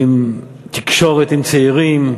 עם תקשורת, עם צעירים,